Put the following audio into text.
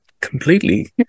completely